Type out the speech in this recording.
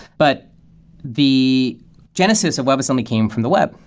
but the genesis of webassembly came from the web.